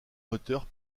moteur